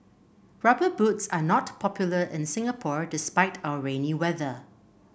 rubber boots are not popular in Singapore despite our rainy weather